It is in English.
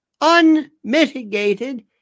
unmitigated